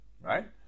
right